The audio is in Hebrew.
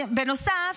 בנוסף,